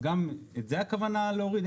אז גם את זה הכוונה להוריד?